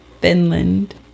Finland